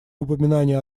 упоминания